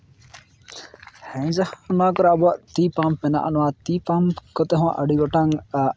ᱦᱮᱸ ᱡᱟ ᱱᱚᱣᱟ ᱠᱚᱨᱮ ᱟᱵᱚᱣᱟᱜ ᱴᱤᱭᱩ ᱯᱟᱢᱯ ᱢᱮᱱᱟᱜᱼᱟ ᱱᱚᱣᱟ ᱴᱤᱭᱩ ᱯᱟᱢᱯ ᱠᱚᱫᱚ ᱦᱟᱸᱜ ᱟᱹᱰᱤ ᱜᱚᱴᱟᱝ